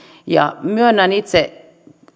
myönnän itse